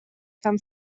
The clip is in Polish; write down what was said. tam